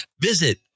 Visit